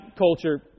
culture